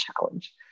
challenge